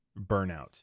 burnout